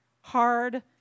hard